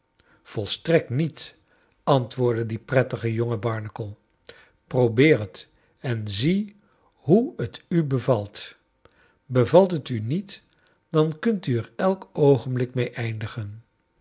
volstrekt niet antwoordde die prettige jonge barnacle piobeer het en zie hoe t u bevalt bevalt het u niet dan kunt u er elk oogenblik mee eindigen